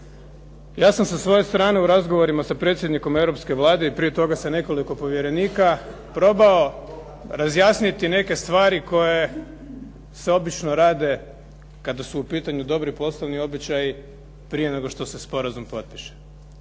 ja sam sa svoje strane u razgovorima sa predsjednikom Europske Vlade i prije toga sa nekoliko povjerenika probao razjasniti neke stvari koje se obično rade kada su u pitanju dobri poslovni običaji prije nego što se sporazum potpiše.